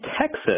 Texas